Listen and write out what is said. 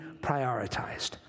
prioritized